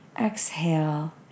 Exhale